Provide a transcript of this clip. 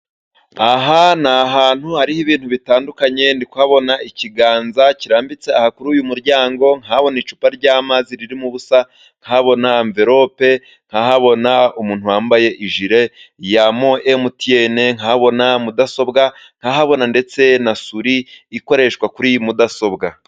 Aha ni ahantu hariho ibintu bitandukanye, ndikuhabona ikiganza kirambitse, aha kuri uyu muryango, nkabona icupa ry'amazi ririmo ubusa, nkabona amvelope, nkahabona umuntu wambaye ijire ya mo emutiyene, nkahabona mudasobwa, nkahabona ndetse na suli, ikoreshwa kuri mudasobwa.